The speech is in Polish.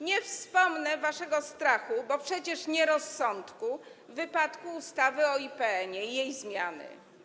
Nie wspomnę waszego strachu, bo przecież nie rozsądku, w wypadku ustawy o IPN-ie i jej zmiany.